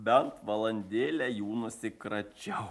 bent valandėlę jų nusikračiau